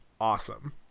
awesome